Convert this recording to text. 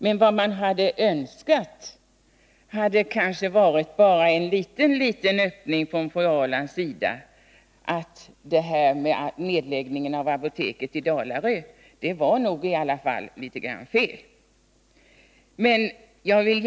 Men vad man kunde ha önskat vore en liten viljeyttring från fru Ahrlands sida, ett uttalande om att det nog ändå vore fel att lägga ned apoteket på Dalarö.